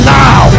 now